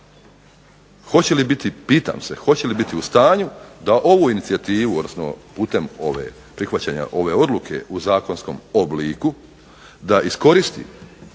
kakvo je pitam se hoće li biti u stanju da ovu inicijativu, odnosno putem prihvaćanja ove odluke u zakonskom obliku da iskoristi